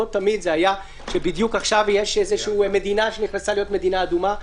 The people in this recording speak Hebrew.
לא תמיד זה היה בדיוק שעכשיו יש איזה מדינה שנכנסה להיות מדינה אדומה.